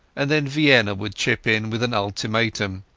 and then vienna would chip in with an ultimatum.